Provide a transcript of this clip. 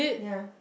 ya